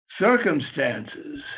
circumstances